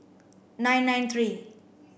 nine nine three